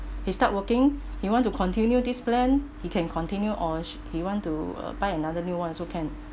he start working he want to continue this plan he can continue or he want to uh buy another new one also can